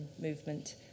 movement